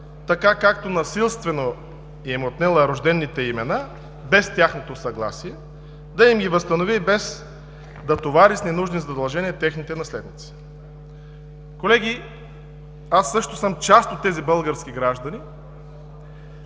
така както насилствено им е отнела рождените имена без тяхното съгласие, да им ги възстанови без да товари с ненужни задължения техните наследници. Колеги, аз също съм част от тези български граждани,